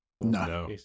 No